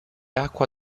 acqua